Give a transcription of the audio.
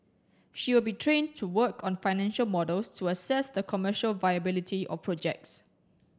she will be trained to work on financial models to assess the commercial viability of projects